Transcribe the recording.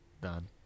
Done